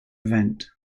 event